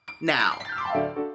now